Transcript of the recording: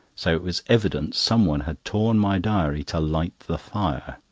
so it was evident some one had torn my diary to light the fire.